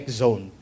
zone